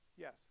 Yes